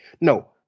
No